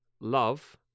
love